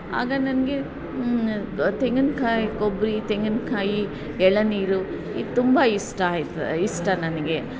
ಆಗ ನನಗೆ ತೆಂಗಿನ್ಕಾಯಿ ಕೊಬ್ಬರಿ ತೆಂಗಿನಕಾಯಿ ಎಳನೀರು ಇದು ತುಂಬ ಇಷ್ಟ ಆಯ್ತು ಇಷ್ಟ ನನಗೆ